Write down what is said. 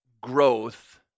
growth